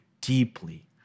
deeply